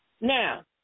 Now